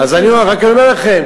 רק אני אומר לכם,